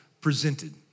presented